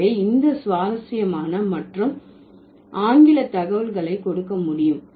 எனவே இந்த சுவாரஸ்யமான மற்றும் ஆங்கில தகவல்களை கொடுக்க முடியும்